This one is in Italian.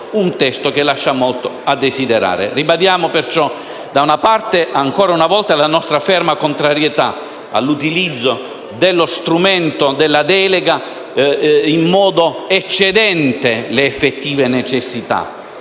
un testo che lascia molto a desiderare. Ribadiamo pertanto, da una parte - ancora una volta - la nostra ferma contrarietà all'utilizzo dello strumento della delega in modo smodato ed eccedente le effettive necessità,